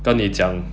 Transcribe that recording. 跟你讲